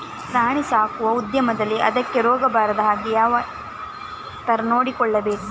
ಪ್ರಾಣಿ ಸಾಕುವ ಉದ್ಯಮದಲ್ಲಿ ಅದಕ್ಕೆ ರೋಗ ಬಾರದ ಹಾಗೆ ಹೇಗೆ ಯಾವ ತರ ನೋಡಿಕೊಳ್ಳಬೇಕು?